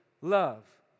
love